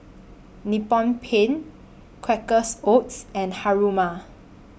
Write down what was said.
Nippon Paint Quakers Oats and Haruma